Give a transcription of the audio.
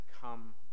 come